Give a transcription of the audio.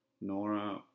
Nora